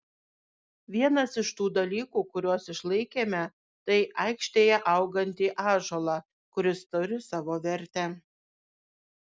vienas iš tų dalykų kuriuos išlaikėme tai aikštėje augantį ąžuolą kuris turi savo vertę